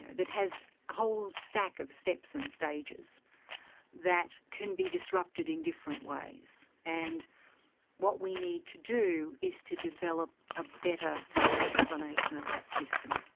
and that a whole stack of steps and stages that can be disrupted in different ways. and what we need to do is to develop a better explanation of that system.